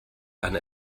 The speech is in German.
eine